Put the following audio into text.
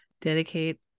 dedicate